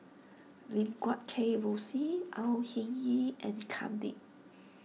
Lim Guat Kheng Rosie Au Hing Yee and Kam Ding